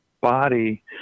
body